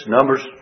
Numbers